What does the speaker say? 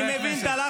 תתפטרו,